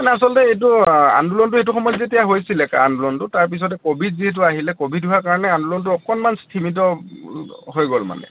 মানে আছলতে এইটো আন্দোলনটো এইটো সময়ত যেতিয়া হৈছিলে কা আন্দোলনটো তাৰ পিছত ক'ভিড যিহেতু আহিলে ক'ভিড হোৱা কাৰণে আন্দোলনটো অকণমান স্তিমিত হৈ গ'ল মানে